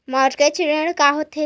Mortgage ऋण का होथे?